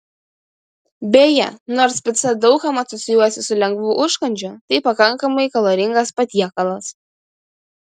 beje nors pica daug kam asocijuojasi su lengvu užkandžiu tai pakankamai kaloringas patiekalas